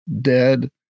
dead